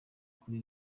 kuri